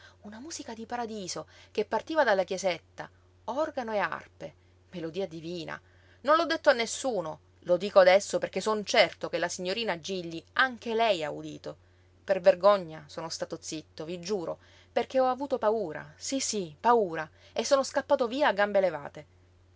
una musica di paradiso che partiva dalla chiesetta organo e arpe melodia divina non l'ho detto a nessuno lo dico adesso perché son certo che la signorina gilli anche lei ha udito per vergogna sono stato zitto vi giuro perché ho avuto paura sí sí paura e sono scappato via a gambe levate